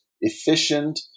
efficient